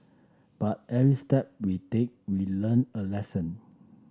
but every step we take we learn a lesson